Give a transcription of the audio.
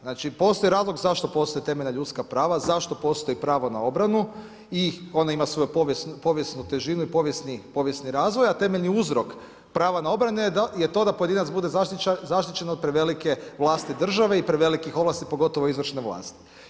Znači postoji razlog zašto postoje temeljna ljudska prava, zašto postoji pravo na obranu i ona ima svoju povijesnu težinu i povijesni razvoj, a temeljni uzrok prava obrane je da pojedinac bude zaštićen od prevelike vlasti države i prevelikih ovlasti, pogotovo izvršne vlasti.